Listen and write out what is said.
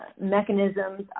mechanisms